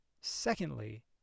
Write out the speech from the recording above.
Secondly